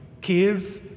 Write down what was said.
kids